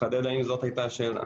תחדד האם זו הייתה השאלה.